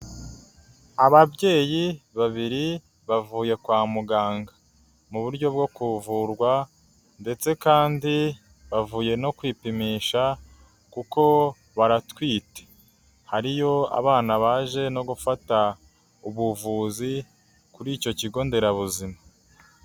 Ababyeyi babiri bavuye kwa muganga, mu buryo bwo kuvurwa ndetse kandi bavuye no kwipimisha kuko baratwite, hariyo abana baje no gufata ubuvuzi kuri icyo kigo nderabuzima.